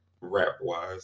rap-wise